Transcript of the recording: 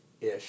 ish